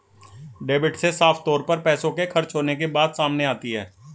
debit से साफ तौर पर पैसों के खर्च होने के बात सामने आती है